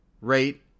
rate